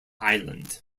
island